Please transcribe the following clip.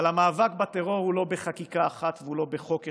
אבל המאבק בטרור הוא לא בחקיקה אחת והוא לא בחוק אחד,